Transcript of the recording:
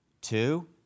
Two